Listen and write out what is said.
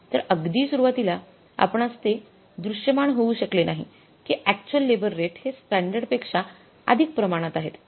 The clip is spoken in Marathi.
तर अगदी सुरुवातीला आपणास ते द्रुश्यमान होऊ शकले नाही कि अक्चुअल लेबर रेट हे स्टॅंडर्ड पेक्षा अधिक प्रमाणात आहेत